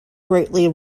greatly